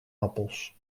appels